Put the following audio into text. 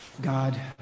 God